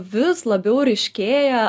vis labiau ryškėja